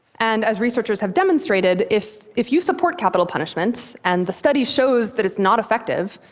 and, as researchers have demonstrated, if if you support capital punishment and the study shows that it's not effective,